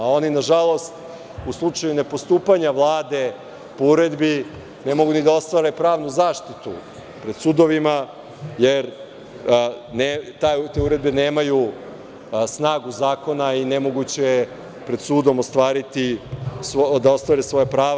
Oni, nažalost, u slučaju nepostupanja Vlade po uredbi, ne mogu ni da ostvare pravnu zaštitu pred sudovima jer te uredbe nemaju snagu zakona i nemoguće je pred sudom da ostvare svoja prava.